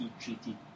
treated